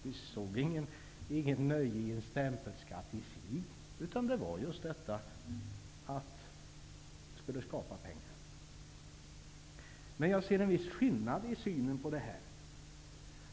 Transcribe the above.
Vi såg inget nöje med en stämpelskatt i sig, utan det var just för att skapa pengar. Men jag ser en viss skillnad i synen på detta.